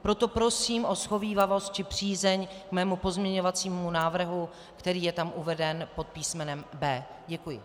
Proto prosím o shovívavost či přízeň k svému pozměňovacímu návrhu, který je uveden pod písmenem B. Děkuju.